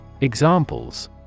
Examples